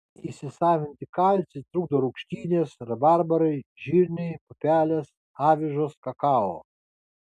įsisavinti kalcį trukdo rūgštynės rabarbarai žirniai pupelės avižos kakao